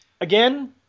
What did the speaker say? Again